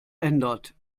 ändert